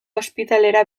ospitalera